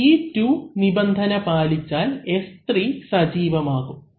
T2 നിബന്ധന പാലിച്ചാൽ S3 സജീവം ആകും